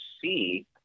see